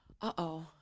uh-oh